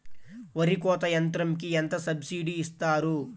వరి కోత యంత్రంకి ఎంత సబ్సిడీ ఇస్తారు?